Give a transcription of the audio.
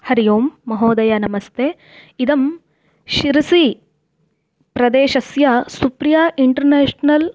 हरिः ओम् महोदय नमस्ते इदं शिरसि प्रदेशस्य सुप्रिया इण्टर्नेश्नल्